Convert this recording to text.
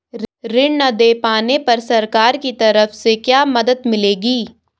ऋण न दें पाने पर सरकार की तरफ से क्या मदद मिलेगी?